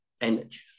energy